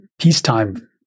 peacetime